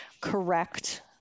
correct